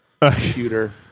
computer